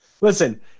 Listen